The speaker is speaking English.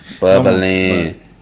Bubbling